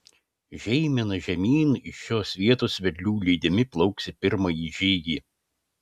žeimena žemyn iš šios vietos vedlių lydimi plauks į pirmąjį žygį